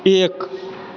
एक